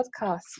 podcast